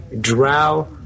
drow